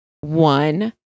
One